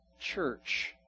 church